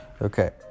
Okay